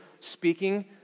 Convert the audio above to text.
speaking